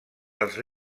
els